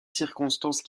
circonstances